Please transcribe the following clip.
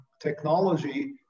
technology